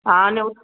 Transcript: हा न